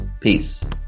Peace